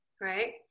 Right